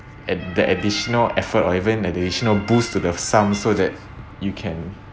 add the additional effort or even additional boost to the sum so that you can